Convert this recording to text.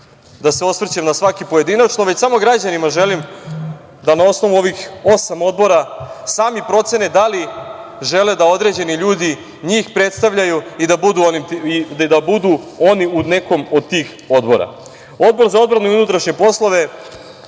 da se osvrćem na svaki pojedinačno, već samo želim građanima da na osnovu ovih osam odbora sami procene da li žele da određeni ljudi njih predstavljaju i da budu oni u nekom od tih odbora. Odbor za odbranu i unutrašnje poslove,